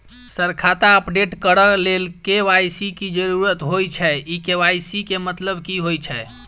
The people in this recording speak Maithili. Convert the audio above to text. सर खाता अपडेट करऽ लेल के.वाई.सी की जरुरत होइ छैय इ के.वाई.सी केँ मतलब की होइ छैय?